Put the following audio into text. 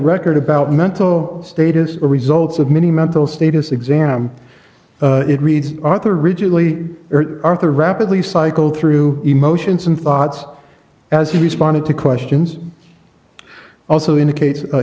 record about mental status or results of many mental status exam it reads author rigidly arthur rapidly cycled through emotions and thoughts as he responded to questions also indicate